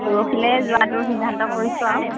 পৰহিলৈ যোৱাটো সিদ্ধান্ত কৰিছোঁ আৰু